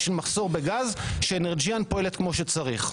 של מחסור בגז כש-Energean פועלת כמו שצריך.